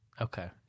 Okay